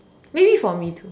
maybe for me too